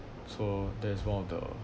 so that is one of the